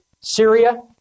Syria